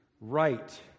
right